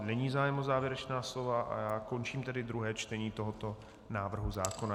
Není zájem o závěrečná slova, končím tedy druhé čtení tohoto návrhu zákona.